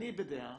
אני בדעה